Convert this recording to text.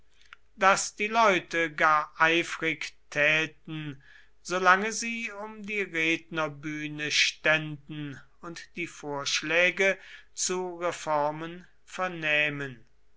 daß die leute gar eifrig täten solange sie um die rednerbühne ständen und die vorschläge zu reformen vernähmen